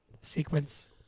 sequence